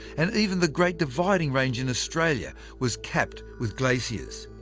and even the great dividing range in australia was capped with glaciers.